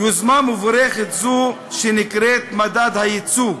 יוזמה מבורכת זו, שנקראת מדד הייצוג,